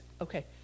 Okay